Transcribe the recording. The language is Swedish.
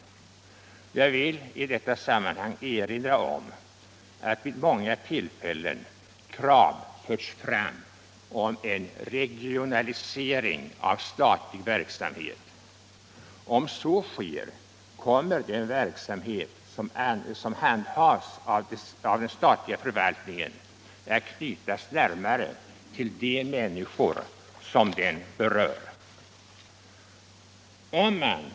Jag vill i detta sammanhang erinra om att vid många tillfällen krav förts fram om en regionalisering av statlig verksamhet. Om så sker kommer den verksamhet som handhas av den statliga förvaltningen att knytas närmare till de människor som den berör.